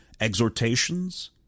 exhortations